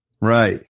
Right